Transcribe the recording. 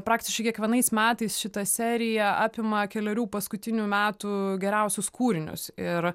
praktiškai kiekvienais metais šita serija apima kelerių paskutinių metų geriausius kūrinius ir